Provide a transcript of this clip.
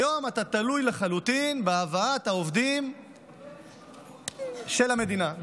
היום אתה תלוי לחלוטין בהבאת העובדים של המדינה,